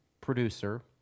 producer